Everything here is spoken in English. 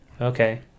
okay